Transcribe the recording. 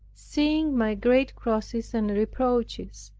seeing my great crosses and reproaches,